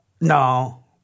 No